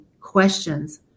questions